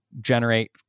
generate